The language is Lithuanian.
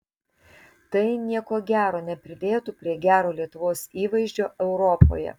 tai nieko gero nepridėtų prie gero lietuvos įvaizdžio europoje